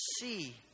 see